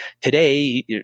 today